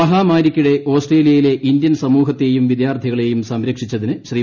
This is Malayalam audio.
മഹാമാരിക്കിടെ ഓസ്ട്രേലിയയിലെ ഇന്തൃൻ സമൂഹത്തെയും വിദ്യാർത്ഥികളെയും സംരക്ഷിച്ചതിന് ശ്രീ